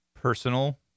personal